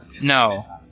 No